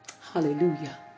Hallelujah